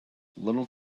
little